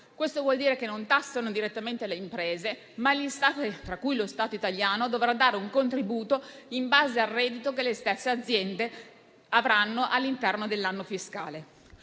Ciò significa che non si tassano direttamente le imprese, ma gli Stati, tra cui l'Italia, dovranno dare un contributo in base al reddito che le stesse aziende avranno all'interno dell'anno fiscale.